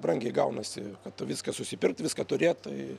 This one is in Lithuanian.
brangiai gaunasi kad viską susipirkt viską turėt tai